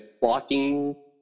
blocking